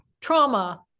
trauma